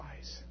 eyes